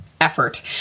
effort